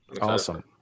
Awesome